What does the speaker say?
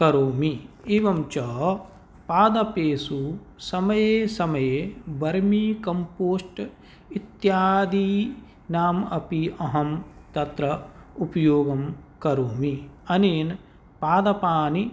करोमि एवं च पादपेषु समये समये बर्मी कम्पोश्ट् इत्यादीनाम् अपि अहं तत्र उपयोगं करोमि अनेन पादपानि